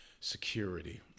security